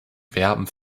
werben